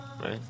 right